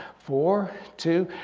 four, two,